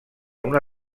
una